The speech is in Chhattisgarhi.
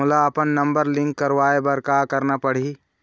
मोला अपन नंबर लिंक करवाये बर का करना पड़ही?